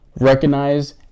Recognize